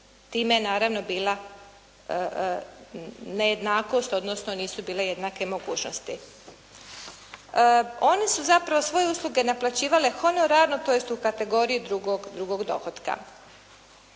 Time je naravno bila nejednakost, odnosno nisu bile jednake mogućnosti. Oni su zapravo svoje usluge naplaćivale honorarno tj. u kategoriji drugog dohotka.